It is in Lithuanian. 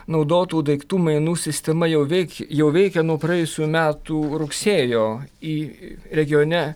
naudotų daiktų mainų sistema jau veik jau veikia nuo praėjusių metų rugsėjo į regione